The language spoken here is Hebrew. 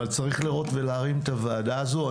אבל צריך לראות ולהרים את הוועדה הזו.